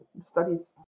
studies